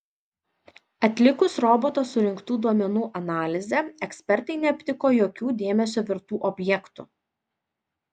atlikus roboto surinktų duomenų analizę ekspertai neaptiko jokių dėmesio vertų objektų